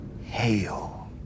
Hail